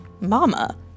Mama